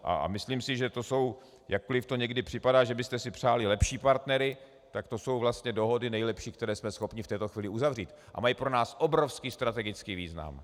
A myslím si, že to jsou jakkoliv to někdy připadá, že byste si přáli lepší partnery, tak to jsou vlastně nejlepší dohody, které jsme schopni v této chvíli uzavřít, a mají pro nás obrovský strategický význam.